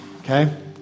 Okay